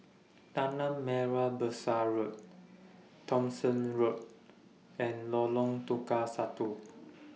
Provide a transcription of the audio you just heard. Tanah Merah Besar Road Thomson Road and Lorong Tukang Satu